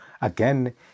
again